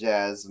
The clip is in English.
Jazz